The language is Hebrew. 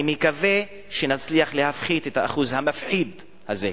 אני מקווה שנצליח להפחית את השיעור המפחיד הזה.